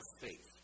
faith